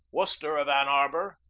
worcester of ann arbor,